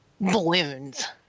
balloons